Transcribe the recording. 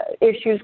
issues